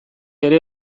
ere